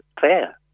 fair